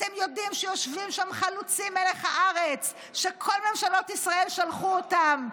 אתם יודעים שיושבים שם חלוצים מלח הארץ שכל ממשלות ישראל שלחו אותם.